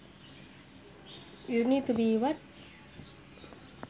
you need to be what